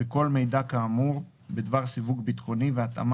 וכל מידע כאמור בדבר סיווג ביטחוני והתאמה